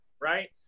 Right